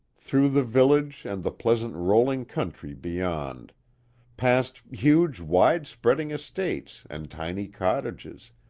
through the village and the pleasant rolling country beyond past huge, wide-spreading estates and tiny cottages,